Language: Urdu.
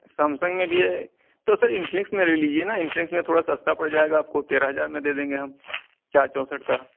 سمسنگ میں بھی ہے تو سر انفلکس میں لے لیجئے نا انفلکس میں تھوڑا سستا پڑ جائے گا آپ کو تیرہ ہزار میں دے دیں گے ہم چار چونسٹھ کا